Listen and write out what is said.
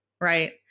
right